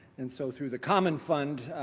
and so through the common fund,